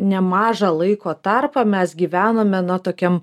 nemažą laiko tarpą mes gyvenome na tokiam